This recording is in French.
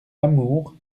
amour